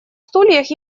стульях